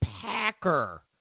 Packer